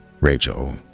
Rachel